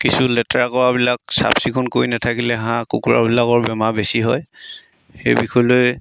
কিছু লেতেৰা কৰাবিলাক চাফচিকুণ কৰি নেথাকিলে হাঁহ কুকুৰাবিলাকৰ বেমাৰ বেছি হয় সেই বিষয়লৈ